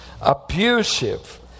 abusive